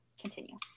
continue